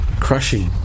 Crushing